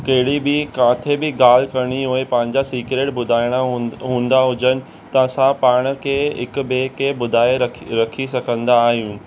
कहिड़ी बि किथे बि ॻाल्हि करिणी हुजे पंहिंजा सीक्रेट ॿुधाइणा हूं हूंदा हुजनि त असां पाण खे हिक ॿिए खे ॿुधाए रखी रखी सघंदा आहियूं